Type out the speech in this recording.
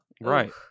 right